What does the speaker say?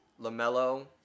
LaMelo